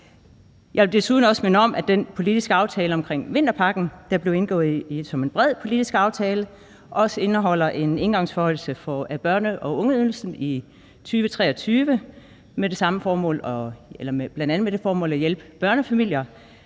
Jeg vil desuden minde om, at den politiske aftale omkring vinterpakken, der blev indgået som en bred politisk aftale, også indeholder en engangsforhøjelse af børne- og ungeydelsen i 2023, bl.a. med det formål at hjælpe børnefamilier.